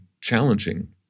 challenging